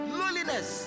lowliness